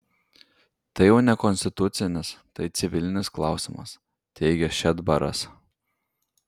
tai jau ne konstitucinis tai civilinis klausimas teigė šedbaras